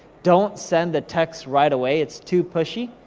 don't send a text right away, it's too pushy,